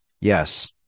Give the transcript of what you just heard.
yes